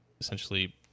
essentially